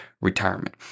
retirement